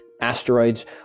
asteroids